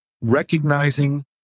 recognizing